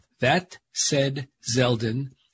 thatsaidzeldin